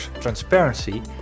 transparency